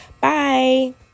bye